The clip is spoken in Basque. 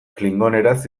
klingoneraz